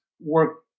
work